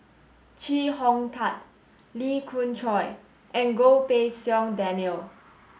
Chee Hong Tat Lee Khoon Choy and Goh Pei Siong Daniel